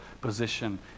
position